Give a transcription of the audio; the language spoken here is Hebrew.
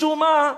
משום מה,